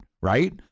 right